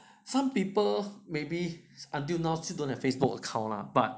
some people until now still don't have Facebook account lah but